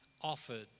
offered